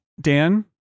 Dan